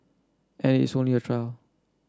and it's only a trial